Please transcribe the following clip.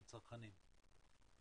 הם צרכנים,